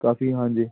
ਕਾਫੀ ਹਾਂਜੀ